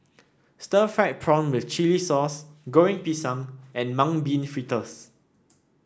Stir Fried Prawn with Chili Sauce Goreng Pisang and Mung Bean Fritters